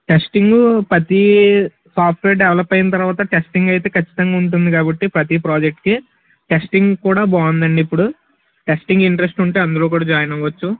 testing ప్రతి software develop అయిన తర్వాత టెస్టింగ్ అయితే ఖచ్చితంగా ఉంటుంది కాబట్టి ప్రతి ప్రాజెక్ట్కి టెస్టింగ్ కూడా బాగుందండి ఇప్పుడు టెస్టింగ్ ఇంట్రెస్ట్ ఉంటే అందులో కూడా జాయిన్ అవ్వచ్చు